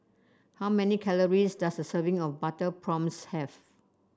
how many calories does a serving of Butter Prawns have